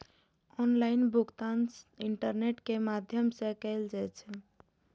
online भुगतान internet के माध्यम सं कैल जाइ छै